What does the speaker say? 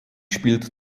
spielt